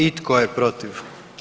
I tko je protiv?